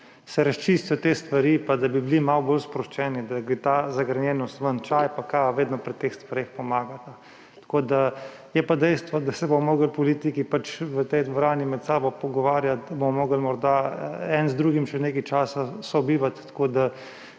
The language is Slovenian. se razčistijo te stvari pa da bi bili malo bolj sproščeni, da gre ta zagrenjenost ven. Čaj pa kava vedno pri teh stvareh pomagata. Je pa dejstvo, da se bomo morali politiki v tej dvorani med sabo pogovarjati, bomo morali morda eden z drugim še nekaj čas sobivati, tako da